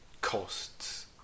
costs